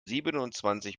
siebenundzwanzig